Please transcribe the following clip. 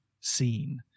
seen